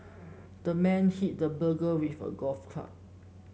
the man hit the burglar with a golf club